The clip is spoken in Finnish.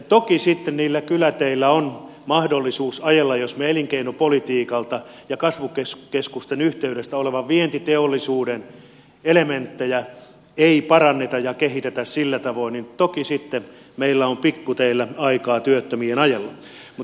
toki sitten niillä kyläteillä on mahdollisuus ajella jos me elinkeinopolitiikalla kasvukeskusten yhteydessä olevan vientiteollisuuden elementtejä emme paranna ja kehitä sillä tavoin toki sitten meillä on pikkuteillä aikaa työttömien ajella